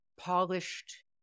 polished